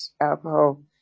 alcohol